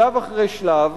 שלב אחרי שלב,